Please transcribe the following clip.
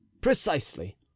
Precisely